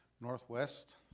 Northwest